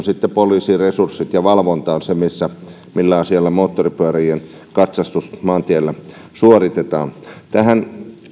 sitten poliisin resurssit ja valvonta se millä moottoripyörien katsastus maantiellä suoritetaan tähän